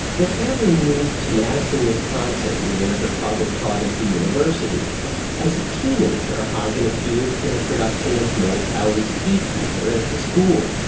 their family moved to madison wisconsin where her father taught at the university as a teenager hog and appeared in a production of noel coward's hay fever at the school.